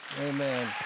Amen